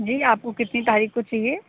جی آپ کو کتنی تاریخ کو چاہیے